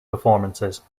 performances